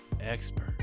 expert